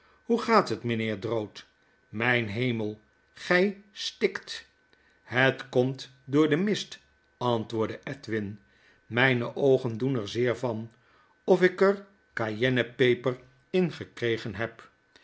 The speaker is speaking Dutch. hoe gaat het mijnheer drood myn hemel gjj stikt w het komt door de mist antwoordde edwin mijne oogen doen erzeervan ofikercayennepeper in gekregen heb